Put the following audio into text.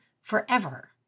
forever